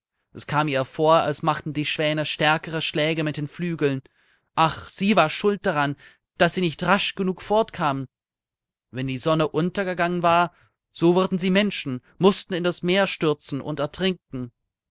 es kam ihr vor als machten die schwäne stärkere schläge mit den flügeln ach sie war schuld daran daß sie nicht rasch genug fortkamen wenn die sonne untergegangen war so wurden sie menschen mußten in das meer stürzen und ertrinken